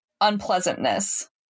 unpleasantness